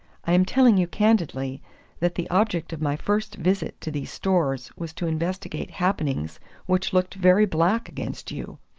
i am telling you candidly that the object of my first visit to these stores was to investigate happenings which looked very black against you.